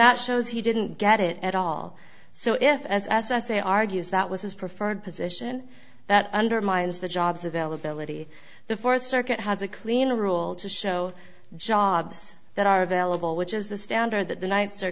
that shows he didn't get it at all so if as as i say argues that was his preferred position that undermines the jobs availability the fourth circuit has a clean rule to show jobs that are available which is the standard that the ni